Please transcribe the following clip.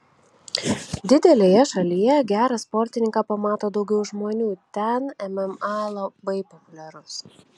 didelėje šalyje gerą sportininką pamato daugiau žmonių ten mma labai populiarus